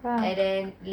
ya